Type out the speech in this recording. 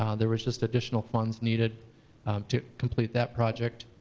um there was just additional funds needed to complete that project.